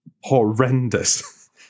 horrendous